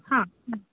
हां